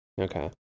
Okay